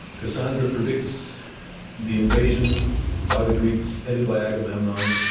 cassandra predicts the invasion by the greeks headed by agamemnon.